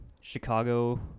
Chicago